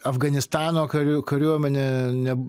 afganistano karių kariuomenė ne